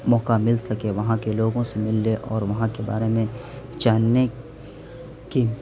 موقع مل سکے وہاں کے لوگوں سے ملنے اور وہاں کے بارے میں جاننے کی